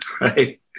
right